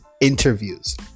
interviews